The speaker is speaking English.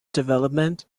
development